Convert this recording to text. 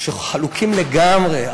שחלוקים לגמרי,